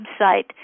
website